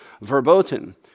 verboten